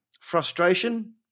Frustration